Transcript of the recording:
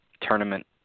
tournament